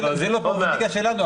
זה לא פררוגטיבה שלנו,